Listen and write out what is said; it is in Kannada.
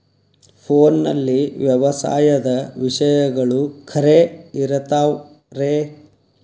ಫೋನಲ್ಲಿ ವ್ಯವಸಾಯದ ವಿಷಯಗಳು ಖರೇ ಇರತಾವ್ ರೇ?